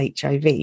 HIV